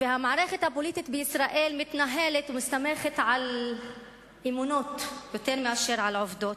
המערכת הפוליטית בישראל מתנהלת ומסתמכת על אמונות יותר מאשר על עובדות.